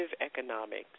economics